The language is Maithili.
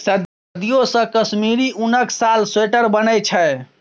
सदियों सँ कश्मीरी उनक साल, स्वेटर बनै छै